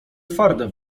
twarde